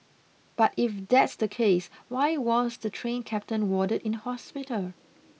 but if that's the case why was the train captain warded in hospital